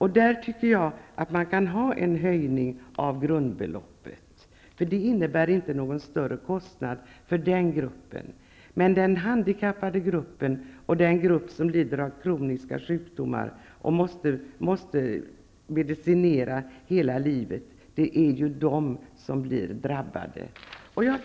Här tycker jag att vi kan ha en höjning av grundbeloppet, för det innebär inte någon större kostnad för den gruppen. Men det är ju gruppen handikappade, och den grupp som lider av kroniska sjukdomar och måste medicinera hela livet, som drabbas.